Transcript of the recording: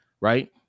Right